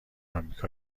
آمریکا